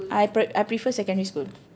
I I prefer secondary school